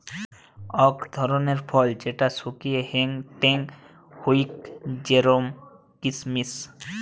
অক ধরণের ফল যেটা শুকিয়ে হেংটেং হউক জেরোম কিসমিস